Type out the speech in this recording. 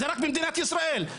זה רק במדינת ישראל.